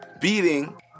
beating